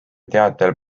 teatel